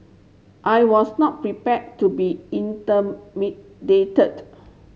I was not prepared to be